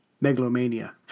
megalomania